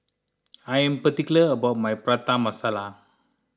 I am particular about my Prata Masala